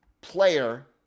player